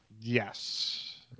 Yes